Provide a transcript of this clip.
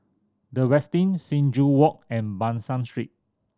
The Westin Sing Joo Walk and Ban San Street